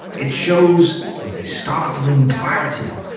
it shows, with a startling clarity,